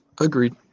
Agreed